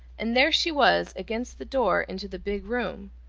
and there she was against the door into the big room,